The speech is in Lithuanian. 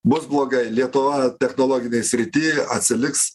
bus blogai lietuva technologinėj srity atsiliks